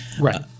right